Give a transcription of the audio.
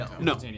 no